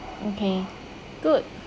okay good